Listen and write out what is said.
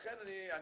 לכן אני אומר,